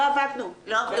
לא עבדנו.